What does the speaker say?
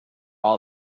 all